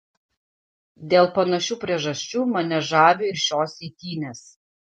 dėl panašių priežasčių mane žavi ir šios eitynės